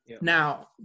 Now